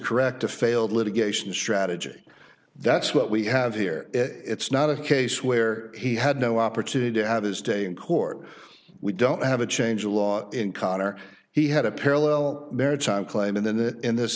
correct a failed litigation strategy that's what we have here it's not a case where he had no opportunity to have his day in court we don't have a change of law in conner he had a parallel maritime claim in that in this